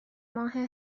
ماه